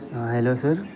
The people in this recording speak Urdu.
ہاں ہیلو سر